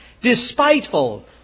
despiteful